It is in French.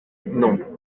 non